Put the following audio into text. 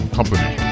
Company